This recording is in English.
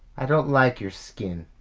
i don't like your skin.